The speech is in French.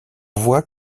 voit